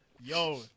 yo